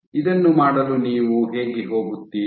ಇದನ್ನು ಮಾಡಲು ನೀವು ಹೇಗೆ ಹೋಗುತ್ತೀರಿ